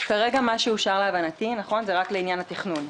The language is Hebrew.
כרגע מה שאושר להבנתי הוא רק לעניין התכנון.